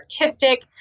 artistic